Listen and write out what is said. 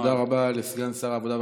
תודה רבה לסגן שר העבודה,